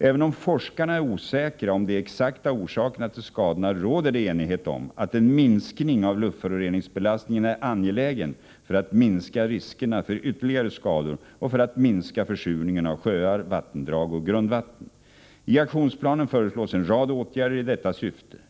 Även om forskarna är osäkra om de exakta orsakerna till skadorna råder det enighet om att en minskning av luftföroreningsbelastningen är angelägen för att minska riskerna för ytterligare skador och för att minska försurningen av sjöar, vattendrag och grundvatten. I aktionsplanen föreslås en rad åtgärder i detta syfte.